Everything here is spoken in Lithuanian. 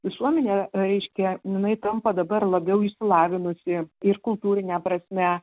visuomenė reiškia jinai tampa dabar labiau išsilavinusi ir kultūrine prasme